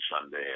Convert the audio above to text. Sunday